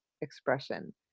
expression